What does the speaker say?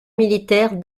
militaire